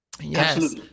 Yes